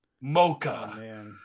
mocha